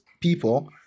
people